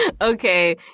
Okay